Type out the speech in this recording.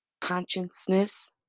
consciousness